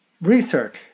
Research